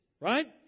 right